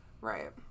Right